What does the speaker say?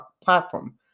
platform